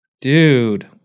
dude